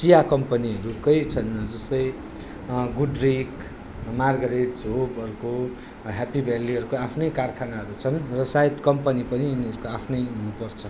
चिया कम्पनीहरूकै छन् जस्तै गुडरिक मारग्रेटस् होपहरूको ह्याप्पी भ्याल्लीहरूको आफ्नै कारखानाहरू छन् र सायद कम्पनी पनि यिनीहरूको आफ्नै हुनु पर्छ